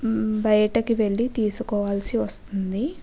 బయటకి వెళ్ళి తీసుకోవాల్సి వస్తుంది